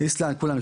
אתה יודע מה,